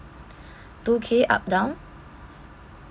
two k up down